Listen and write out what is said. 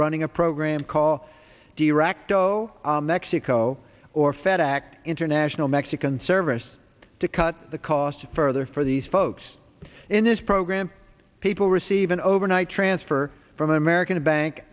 running a program call direct oh mexico or fed act international mexican service to cut the cost further for these folks in this program people receive an overnight transfer from an american bank